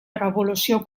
revolució